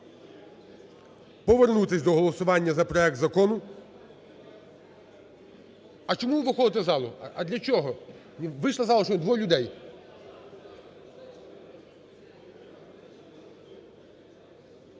повернутися до голосування за проект закону. А чому ви виходите з залу? А для чого? Вийшли з залу ще двоє людей.